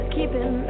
Keeping